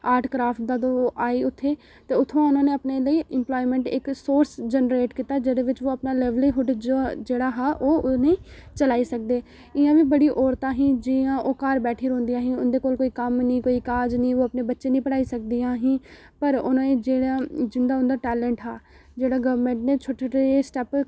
art craft दा ता ओह् आए उत्थै ते उत्थुआं उ'नें अपने लेई इम्पलायमैंट इक सोर्स जनरेट कीता जेह्दे बिच ओह् अपना लाइवलीहुड जेह्ड़ा हा ओह् उ'नें ई चलाई सकदे इ'यां बी बड़ी औरतां हियां जि'यां ओह् घर बैठे रौंह्दियां हियां उं'दे कोल कोई कम्म नेईं काज नेईं ओह् अपने बच्चें निं पढ़ाई सकदियां हां पर उ'नें ई जेह्ड़ा जिन्ना उं'दा टैलेंट हा जेह्ड़ा गौरमैंट नै छोटे ठोटे स्टैप्प